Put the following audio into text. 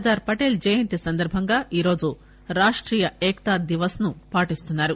సర్దార్పటేల్ జయంతి సందర్బంగా ఈరోజు రాష్టీయ ఏకతా దివస్ను పాటిస్తున్నారు